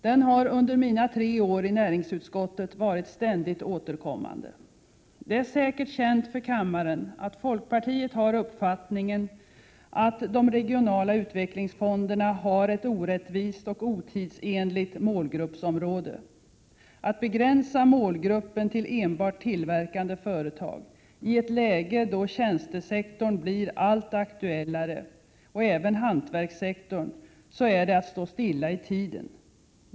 Den har under mina tre år i näringsutskottet varit ständigt återkommande. Det är säkert känt för kammaren att folkpartiet har uppfattningen att de regionala utvecklingsfonderna har ett orättvist och otidsenligt målgruppsområde. Att begränsa målgruppen till enbart tillverkande företag — i ett läge då tjänstesektorn och även hantverkssektorn blir allt aktuellare —- innebär att stå stilla i tiden.